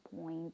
point